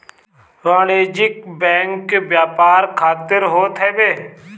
वाणिज्यिक बैंक व्यापार खातिर होत हवे